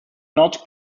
not